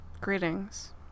greetings